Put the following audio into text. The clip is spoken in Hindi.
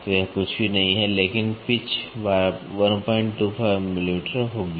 तो यह कुछ भी नहीं है लेकिन पिच 125 मिलीमीटर होगी